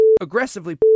...aggressively